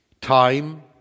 time